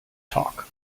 talk